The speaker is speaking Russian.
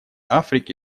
африки